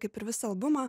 kaip ir visą albumą